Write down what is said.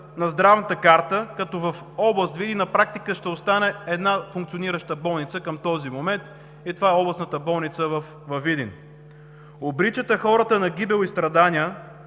на здравната карта, като област Видин на практика ще остане с една функционираща болница към този момент и това е областната болница във Видин? Обричате хората на гибел и страдания,